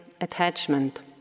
attachment